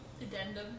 Addendum